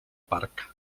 parc